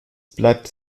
bleibt